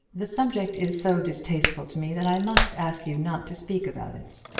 the subject is so distasteful to me, that i must ask you not to speak about it.